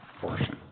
portion